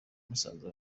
musaza